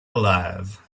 alive